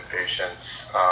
patients